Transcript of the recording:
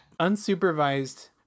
Unsupervised